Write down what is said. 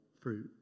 fruit